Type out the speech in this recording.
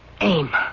Aim